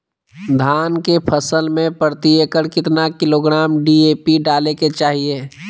धान के फसल में प्रति एकड़ कितना किलोग्राम डी.ए.पी डाले के चाहिए?